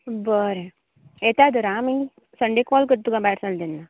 बरें येता तर आं आमी संडे काॅल करता तुका भायर सरलेल्याक